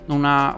una